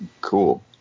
cool